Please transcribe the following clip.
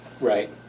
Right